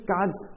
God's